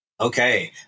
Okay